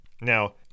Now